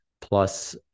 plus